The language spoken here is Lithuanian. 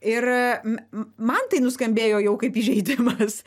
ir man tai nuskambėjo jau kaip įžeidimas